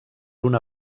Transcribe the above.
una